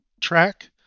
track